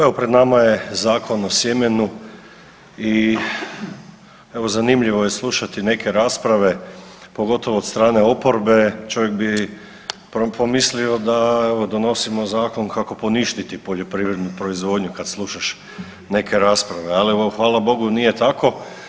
Evo, pred nama je Zakon o sjemenu i evo zanimljivo je slušati neke rasprave, pogotovo od strane oporbe, čovjek bi pomislio da evo donosimo zakon kako poništiti poljoprivrednu proizvodnju kad slušaš neke rasprave, ali evo hvala Bogu nije tako.